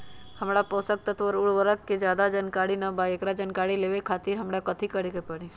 हमरा पोषक तत्व और उर्वरक के ज्यादा जानकारी ना बा एकरा जानकारी लेवे के खातिर हमरा कथी करे के पड़ी?